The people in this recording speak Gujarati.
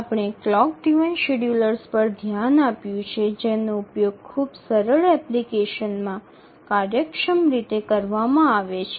આપણે ક્લોક ડ્રિવન શેડ્યૂલર્સ પર ધ્યાન આપ્યું છે જેનો ઉપયોગ ખૂબ જ સરળ એપ્લિકેશનમાં કાર્યક્ષમ રીતે કરવામાં આવે છે